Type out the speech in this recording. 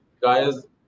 guys